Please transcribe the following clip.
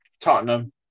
tottenham